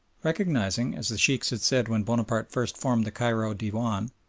recognising, as the sheikhs had said when bonaparte first formed the cairo dewan,